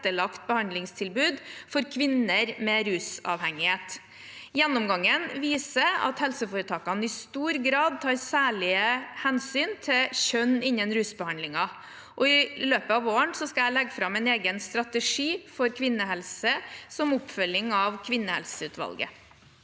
tilrettelagte behandlingstilbud for kvinner med rusavhengighet. Gjennomgangen viser at helseforetakene i stor grad tar særlige hensyn til kjønn innen rusbehandlingen, og i løpet av våren skal jeg legge fram en egen strategi for kvinnehelse som oppfølging av kvinnehelseutvalget.